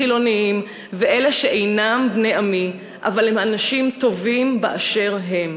חילונים ואלה שאינם בני עמי אבל הם אנשים טובים באשר הם.